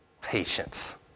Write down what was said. patience